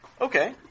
Okay